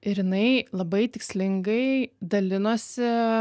ir jinai labai tikslingai dalinosi